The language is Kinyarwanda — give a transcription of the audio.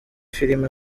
filime